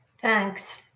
Thanks